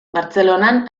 bartzelonan